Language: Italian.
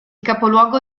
capoluogo